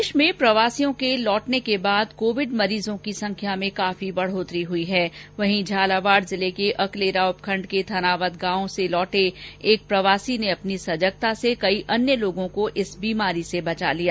प्रदेश में प्रवासियों के लौटने के बाद कोविड मरीजों की संख्या में काफी बढोतरी हुई है वहीं झालावाड़ जिले के अकलेरा उपखण्ड के थनावद गांव लौटे एक प्रवासी ने अपनी सजगता से कई अन्य लोगों को इस बीमारी से बचा लिया